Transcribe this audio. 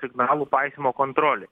signalų paisymo kontrolė